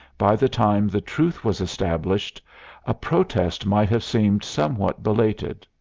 by the time the truth was established a protest might have seemed somewhat belated.